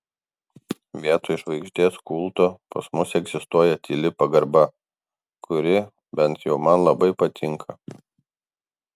vietoj žvaigždės kulto pas mus egzistuoja tyli pagarba kuri bent jau man labai patinka